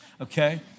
okay